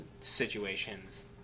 situations